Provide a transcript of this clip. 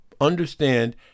understand